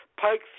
pike